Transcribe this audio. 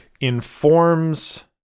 informs